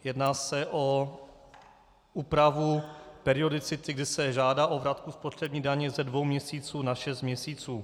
Jedná se o úpravu periodicity, kde se žádá o vratku spotřební daně ze dvou měsíců na šest měsíců.